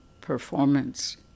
performance